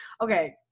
Okay